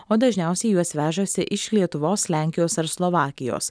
o dažniausiai juos vežasi iš lietuvos lenkijos ar slovakijos